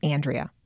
Andrea